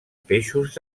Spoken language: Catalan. peixos